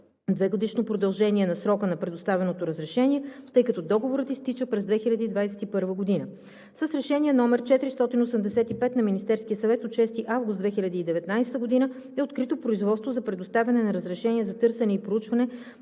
2-годишни продължения на срока на предоставеното разрешение, тъй като договорът изтича през 2021 г. С Решение № 485 на Министерския съвет от 6 август 2019 г. е открито производство за предоставяне на разрешение за търсене и проучване